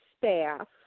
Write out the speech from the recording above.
staff